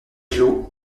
clos